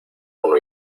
uno